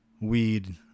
weed